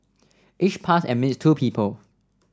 each pass admits two people